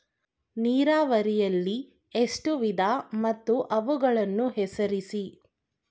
ನೀರಾವರಿಯಲ್ಲಿ ಎಷ್ಟು ವಿಧ ಮತ್ತು ಅವುಗಳನ್ನು ಹೆಸರಿಸಿ?